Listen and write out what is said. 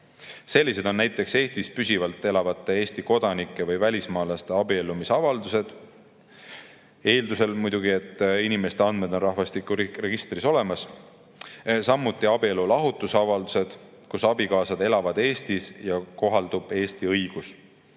Sellised on näiteks Eestis püsivalt elavate Eesti kodanike või välismaalaste abiellumisavaldused, eeldusel muidugi, et inimeste andmed on rahvastikuregistris olemas, samuti abielulahutusavaldused, kui abikaasad elavad Eestis ja kohaldub Eesti õigus.